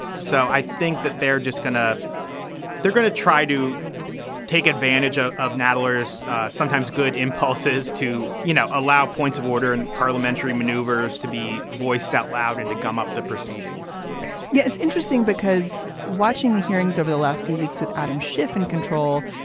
so i think that they're just going to they're going to try to take advantage ah of nathalie's sometimes good impulses to, you know, allow points of order and parliamentary maneuvers to be voiced out loud and to gum up the proceedings yeah, it's interesting because watching the hearings over the last few weeks with adam schiff in control,